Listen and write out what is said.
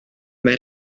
mae